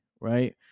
right